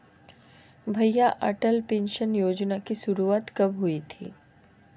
भैया अटल पेंशन योजना की शुरुआत कब हुई थी?